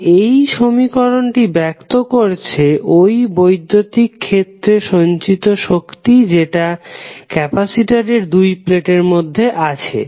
তো এই সমীকরণটি ব্যাক্ত করছে ওই বৈদ্যুতিক ক্ষেত্রে সঞ্চিত শক্তি যেটা ক্যাপাসিটরের দুটি প্লেটের মধ্যে আছে